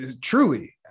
truly